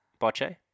Bocce